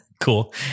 Cool